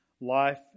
Life